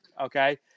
Okay